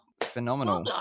phenomenal